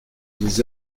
ils